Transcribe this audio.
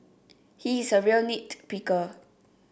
he is a real nit picker